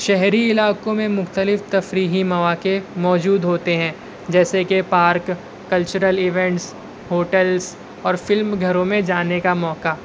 شہری علاقوں میں مختلف تفریحی مواقع موجود ہوتے ہیں جیسے کہ پارک کلچرل ایونٹس ہوٹلس اور فلم گھروں میں جانے کا موقع